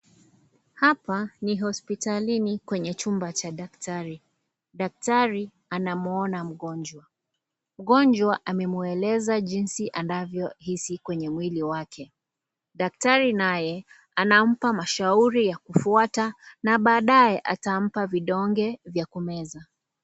Hapa ni hospitalini kwenye chumba cha daktari. Daktari anamuona mgonjwa, mgonjwa anamweleza jinsi anavyo hisi kwenye mwili wake. Daktari naye anampa mashauri ya kufuata na baadaye atampa vidonge vya kumeza.